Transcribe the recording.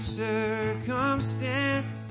circumstance